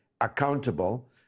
accountable